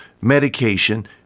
medication